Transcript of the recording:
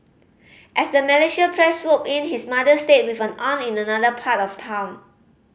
as the Malaysian press swooped in his mother stayed with an aunt in another part of town